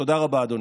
תודה רבה, אדוני.